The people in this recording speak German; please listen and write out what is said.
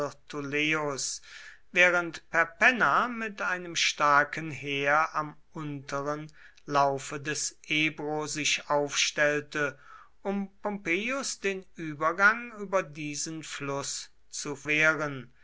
während perpenna mit einem starken heer am unteren laufe des ebro sich aufstellte um pompeius den übergang über diesen fluß zu wehren